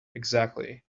exactly